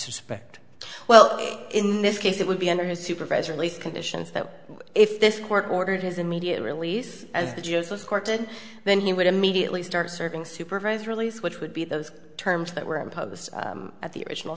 suspect well in this case it would be under his supervisor at least conditions that if this court ordered his immediate release and just was courted then he would immediately start serving supervised release which would be those terms that were imposed at the original